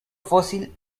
fósil